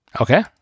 okay